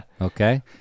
okay